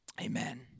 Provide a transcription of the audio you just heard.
Amen